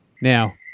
Now